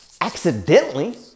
accidentally